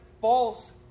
false